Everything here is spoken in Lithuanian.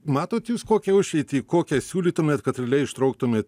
matot jūs kokią išeitį kokią siūlytumėt kad realiai ištrauktumėt